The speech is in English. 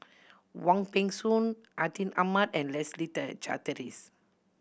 Wong Peng Soon Atin Amat and Leslie Charteris